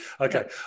Okay